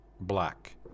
black